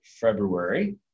February